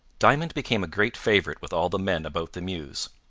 diamond became a great favourite with all the men about the mews.